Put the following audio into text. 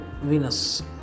Venus